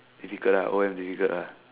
difficult ah O_M difficult ah